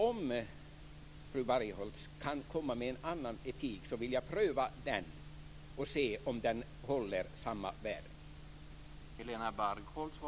Om fru Bargholtz kan komma med en annan etik vill jag gärna pröva den och se om den håller samma värde.